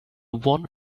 one